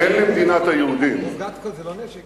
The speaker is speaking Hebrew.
אין למדינת היהודים, רוגטקות זה לא נשק?